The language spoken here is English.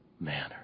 manner